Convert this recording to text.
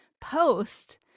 post